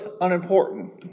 unimportant